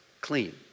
clean